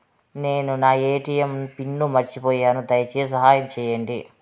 నేను నా ATM pin మర్చిపోయాను, దయచేసి సహాయం చేయండి